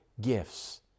gifts